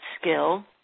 skill